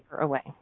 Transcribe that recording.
away